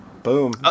Boom